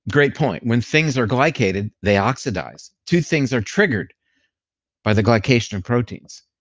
great point. when things are glycated, they oxidize. two things are triggered by the glycation of proteins,